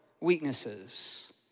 weaknesses